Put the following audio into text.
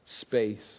space